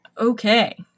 Okay